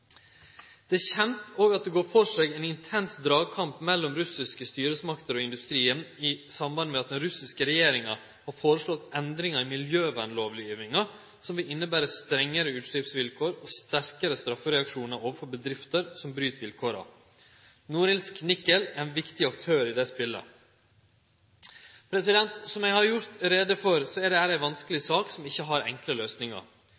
Det er kjent at det går føre seg ein intens dragkamp mellom russiske styresmakter og industrien i samband med at den russiske regjeringa har foreslått endringar i miljøvernlovgjevinga som vil innebere strengare utsleppsvilkår og sterkare straffereaksjonar overfor bedrifter som bryt vilkåra. Norilsk Nickel er ein viktig aktør i det spelet. Som eg har gjort greie for, er dette ei vanskeleg sak, som ikkje har enkle løysingar.